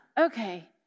okay